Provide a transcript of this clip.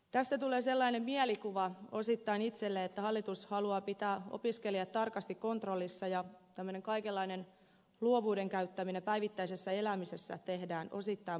tästä tulee sellainen mielikuva osittain itselle että hallitus haluaa pitää opiskelijat tarkasti kontrollissa ja tämmöinen kaikenlainen luovuuden käyttäminen päivittäisessä elämisessä tehdään osittain mahdottomaksi